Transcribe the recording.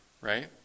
right